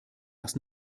erst